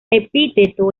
epíteto